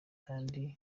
kandi